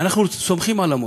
אנחנו סומכים על המורים,